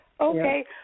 Okay